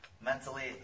Mentally